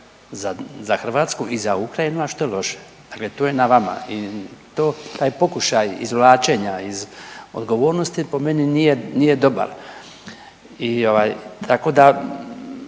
Hrvatsku i za Ukrajinu, a što loše. Dakle, to je na vama. I taj pokušaj izvlačenja iz odgovornosti po meni nije dobar. Tako da